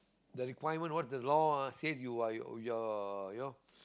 the requirement what the law ah says you are you you're you know